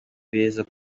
beza